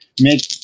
make